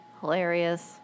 Hilarious